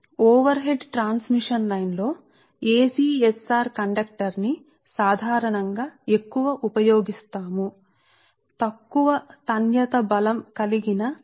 over head transmission లైన్లలో ACSR conductor సాధారణంగా ఉపయోగించబడుతుంది సరే ఆ ACSR కండక్టర్ అని మనం చూస్తాము